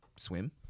swim